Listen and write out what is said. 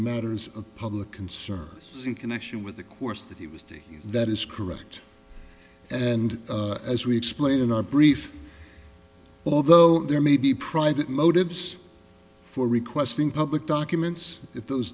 matters of public concerns in connection with the course that he was doing that is correct and as we explained in our brief although there may be private motives for requesting public documents if those